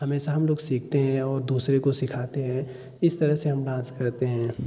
हमेशा हम लोग सीखते हैं और दूसरे को सिखाते हैं इस तरह से हम डान्स करते हैं